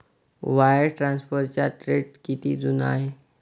Wire ट्रान्सफरचा trend किती जुना आहे?